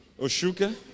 Oshuka